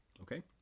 okay